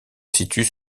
situent